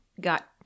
got